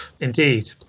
Indeed